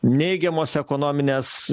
neigiamos ekonominės